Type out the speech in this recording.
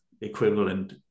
equivalent